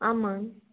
ஆமாம்